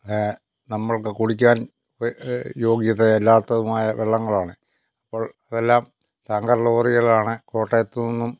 നമ്മൾക്ക് കുടിക്കാൻ യോഗ്യതയല്ലാത്തതുമായ വെള്ളങ്ങളാണ് അപ്പോൾ അതെല്ലാം ടാങ്കർ ലോറികളാണ് കോട്ടയത്തുനിന്നും